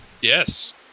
Yes